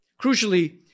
Crucially